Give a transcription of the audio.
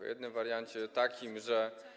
O jednym wariancie takim, że.